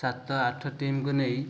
ସାତ ଆଠ ଟିମ୍କୁ ନେଇ